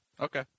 Okay